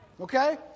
Okay